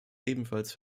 ebenfalls